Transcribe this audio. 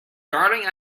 darling